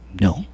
No